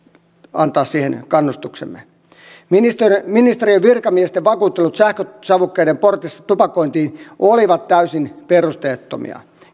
antaa siihen kannustuksemme ministeriön ministeriön virkamiesten vakuuttelut sähkösavukkeiden portista tupakointiin olivat täysin perusteettomia